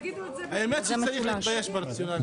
האמת שצריך להתבייש ברציונל הזה.